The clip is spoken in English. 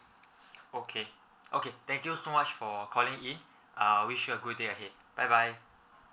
okay okay thank you so much for calling in uh wish you a good day ahead bye bye